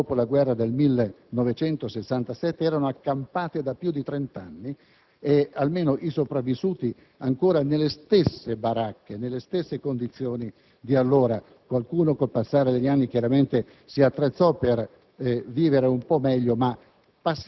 dopo la guerra del 1967 erano accampate da più di trent'anni, almeno i sopravvissuti, ancora nelle stesse baracche e nelle stesse condizioni di allora. Qualcuno, con il passare degli anni, chiaramente si attrezzò per vivere un po' meglio, ma